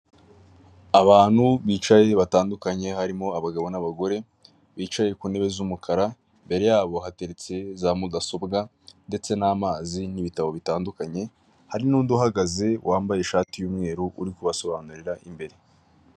Abantu bicaye batandukanye harimo abagabo n'abagore bicaye ku ntebe z'umukara, imbere yabo hateretse za mudasobwa ndetse n'amazi n'ibitabo bitandukanye, hari n'undi uhagaze wambaye ishati y'umweru uri kubasobanurira imbere.